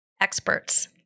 experts